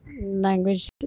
Language